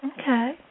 Okay